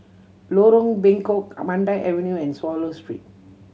Lorong Bengkok Avenue and Swallow Street